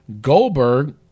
Goldberg